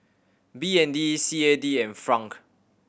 B N D C A D and franc